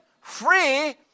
Free